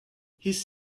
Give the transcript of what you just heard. his